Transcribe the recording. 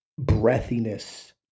breathiness